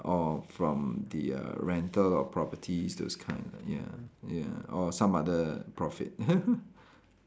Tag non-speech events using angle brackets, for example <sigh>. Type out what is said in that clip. or from the uh rental or properties those kind ya ya or some other profit <laughs>